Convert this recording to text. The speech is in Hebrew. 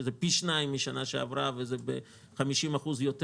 שזה פי שניים משנה שעברה וזה ב-50% יותר